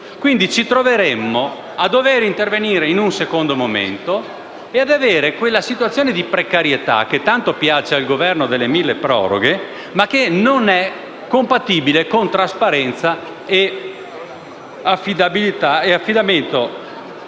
Ci troveremmo così a dover intervenire in un secondo momento e avere quella situazione di precarietà, che tanto piace al Governo delle mille proroghe, ma che non è compatibile con la trasparenza e l'affidamento